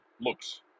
looks